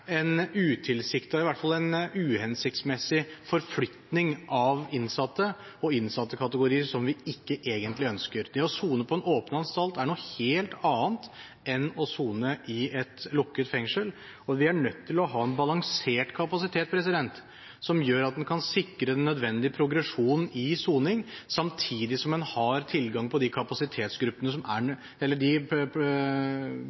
en utilsiktet, i hvert fall en uhensiktsmessig, forflytning av ulike kategorier innsatte som vi egentlig ikke ønsker. Å sone i en åpen anstalt er noe helt annet enn å sone i et lukket fengsel. Vi er nødt til å ha en balansert kapasitet, som gjør at en kan sikre den nødvendige progresjonen i soning, samtidig som en har tilgang på de gruppene av fengselsplasser som det er